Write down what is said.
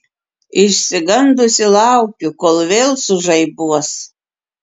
išsigandusi laukiu kol vėl sužaibuos